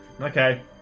Okay